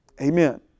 Amen